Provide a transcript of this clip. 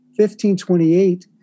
1528